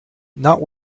not